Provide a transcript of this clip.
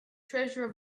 treasure